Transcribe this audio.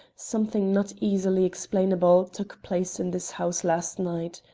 something not easily explainable, took place in this house last night.